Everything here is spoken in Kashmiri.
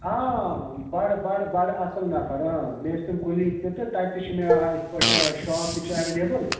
آ بَڑٕ بَڑٕ بَڑٕ اَصٕل نفر مےٚ ٲسۍ تِم کُلیٖگ تہِ تہٕ تَتہِ تہِ چھُ مےٚ آ یِتھ پٲٹھۍ شاپ تہِ چھُ اٮ۪ویلیبٕل